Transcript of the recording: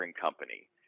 company